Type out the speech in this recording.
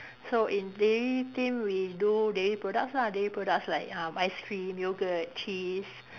so in dairy team we do dairy products ah dairy products like um ice cream yogurt cheese